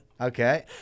Okay